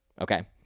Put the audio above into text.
okay